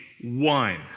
one